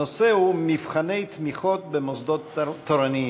הנושא הוא: מבחני תמיכות במוסדות תורניים.